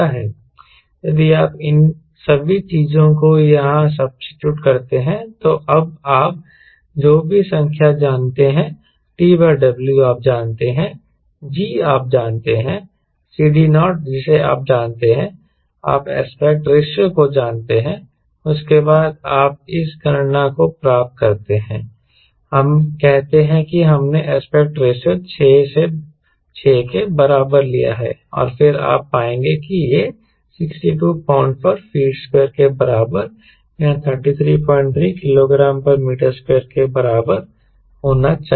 यदि आप इन सभी चीजों को यहां सब्सीट्यूट करते हैं तो अब आप जो भी संख्या जानते हैं T W आप जानते हैं G आप जानते हैं CD0 जिसे आप जानते हैं आप एस्पेक्ट रेशों को जानते हैं उसके बाद आप इस गणना को प्राप्त करते हैं हम कहते हैं कि हमने एस्पेक्ट रेशों 6 के बराबर लिया है और फिर आप पाएंगे कि यह 62 lb ft2 के बराबर या 333 kg m2 के बराबर होना चाहिए